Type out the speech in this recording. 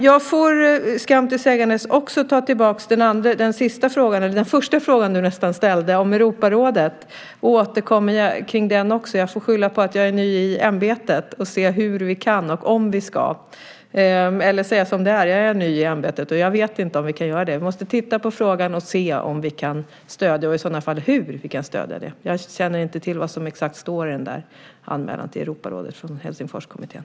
Jag får skam till sägandes ta tillbaka också den första frågan om Europadomstolen och återkomma även till den, hur vi kan och om vi ska. Jag säger som det är: Jag är ny i ämbetet och vet inte om vi kan göra det. Vi måste titta på frågan och se om vi kan stödja detta och i så fall hur. Jag känner inte till exakt vad som står i denna anmälan till Europadomstolen från Helsingforskommittén.